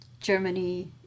Germany